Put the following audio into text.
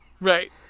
right